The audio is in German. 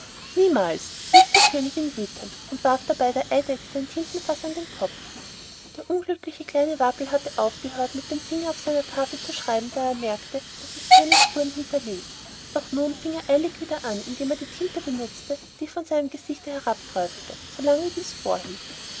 niemals rief die königin wüthend und warf dabei der eidechse ein tintenfaß an den kopf der unglückliche kleine wabbel hatte aufgehört mit dem finger auf seiner tafel zu schreiben da er merkte daß es keine spuren hinterließ doch nun fing er eilig wieder an indem er die tinte benutzte die von seinem gesichte herabträufelte so lange dies vorhielt